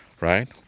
right